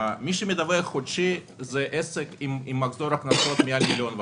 מי שמדווח חודשית זה עסק עם מחזור הכנסות מעל 1.5 מיליון שקל.